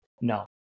No